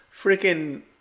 freaking